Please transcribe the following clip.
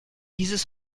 dieses